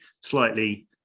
slightly